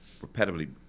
repetitively